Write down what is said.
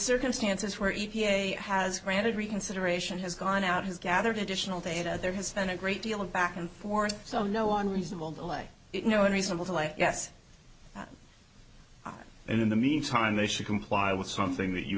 circumstances where e p a has granted reconsideration has gone out has gathered additional data there has been a great deal of back and forth so no one reasonable delay no unreasonable to life yes in the meantime they should comply with something that you